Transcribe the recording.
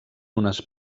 unes